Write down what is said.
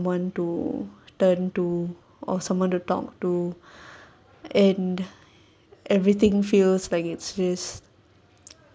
someone to turn to or someone to talk to and everything feels like it's just